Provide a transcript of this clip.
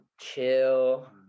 chill